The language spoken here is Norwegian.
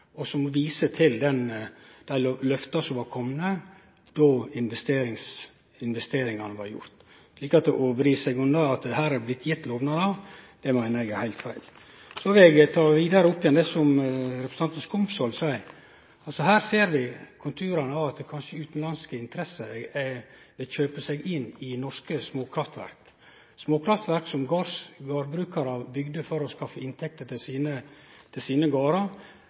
og som viser til dei løfta som hadde komme før investeringane blei gjorde, slik at det å vri seg unna at det her er gitt lovnader, meiner eg er heilt feil. Eg vil ta opp igjen det representanten Skumsvoll sa: Her ser vi konturane av at utanlandske interesser vil kjøpe seg inn i norske småkraftverk. Dette er småkraftverk som gardbrukarar bygde for å skaffe inntekter til sine gardar. Kva meiner statsråden om at desse kraftverka kan gå over til